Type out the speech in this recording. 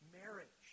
marriage